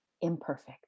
imperfect